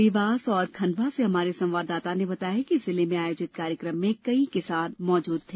देवास और खंडवा से हमारे संवाददाता ने बताया है कि जिले में आयोजित कार्यकम में कई किसान उपस्थित रहे